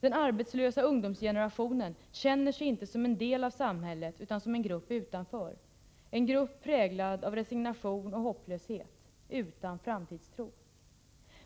Den arbetslösa ungdomsgenerationen känner sig inte som en del av samhället utan som en grupp utanför — en grupp präglad av resignation och hopplöshet, utan framtidstro.